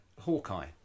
Hawkeye